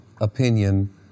opinion